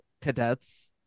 cadets